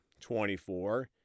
24